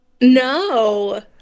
No